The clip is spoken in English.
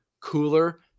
cooler